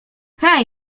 hej